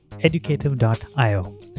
educative.io